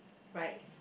right